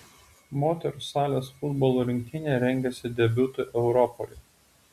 moterų salės futbolo rinktinė rengiasi debiutui europoje